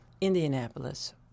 Indianapolis